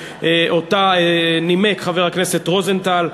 שנימק חבר הכנסת רוזנטל,